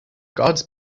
guards